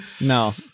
No